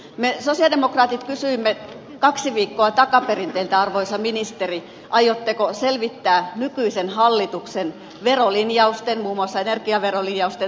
me sosialidemokraatit kysyimme kaksi viikkoa takaperin teiltä arvoisa ministeri aiotteko selvittää nykyisen hallituksen verolinjausten muun muassa energiaverolinjausten tulonjakovaikutukset